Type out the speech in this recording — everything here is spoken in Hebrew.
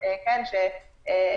ענת שני רבה,